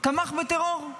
תמך בטרור?